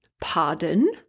pardon